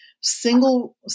single